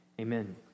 Amen